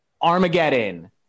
Armageddon